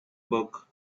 book